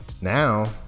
Now